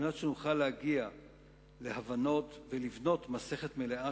על מנת שנוכל להגיע להבנות ולבנות מסכת מלאה